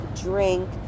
drink